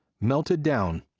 melted down,